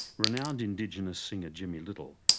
renowned indigenous singer jimmy little,